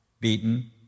beaten